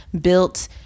built